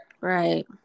Right